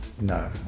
no